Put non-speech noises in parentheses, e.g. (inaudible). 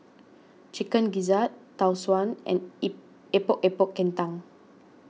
Chicken Gizzard Tau Suan and (unintelligible) Epok Epok Kentang